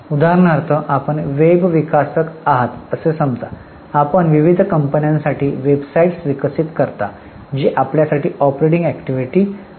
उदाहरणार्थ आपण वेब विकसक आहात असे समजा आपण विविध कंपन्यांसाठी वेबसाइट्स विकसित करता जी आपल्यासाठी ऑपरेटिंग अॅक्टिव्हिटी काय असेल